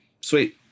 Sweet